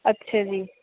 ਅੱਛਾ ਜੀ